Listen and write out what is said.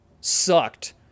sucked